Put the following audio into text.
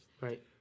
Right